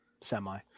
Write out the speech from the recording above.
semi